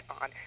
on